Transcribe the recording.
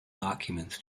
documents